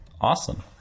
awesome